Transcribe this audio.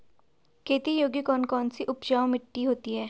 खेती योग्य कौन कौन सी उपजाऊ मिट्टी होती है?